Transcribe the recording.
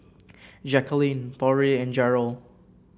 Jacquelyn Torrey and Jarrell